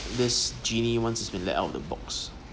this genie once it's been let out of the box